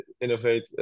innovate